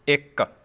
ਇੱਕ